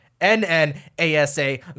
N-N-A-S-A